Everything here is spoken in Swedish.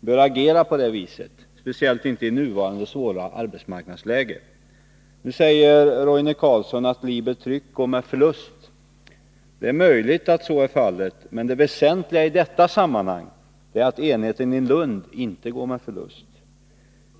bör agera på det viset — speciellt inte i nuvarande svåra arbetsmarknadsläge. Nu säger Roine Carlsson att LiberTryck går med förlust. Det är möjligt att så är fallet, men det väsentliga i detta sammanhang är att enheten i Lund inte går med förlust.